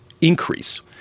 increase